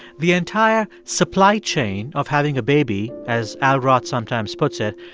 the entire supply chain of having a baby, as al roth sometimes puts it,